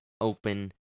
open